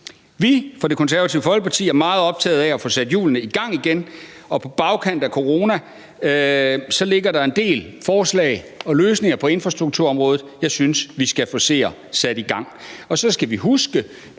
er fra Det Konservative Folkepartis side meget optaget af at få sat hjulene i gang igen, og der ligger på bagkant af corona en del forslag og løsninger på infrastrukturområdet, jeg synes vi skal se at få sat i gang. Så skal vi huske,